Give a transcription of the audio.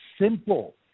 simple